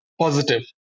positive